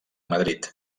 madrid